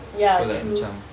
ya true